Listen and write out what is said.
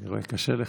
אני רואה שקשה לך.